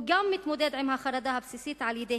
הוא גם מתמודד עם החרדה הבסיסית על-ידי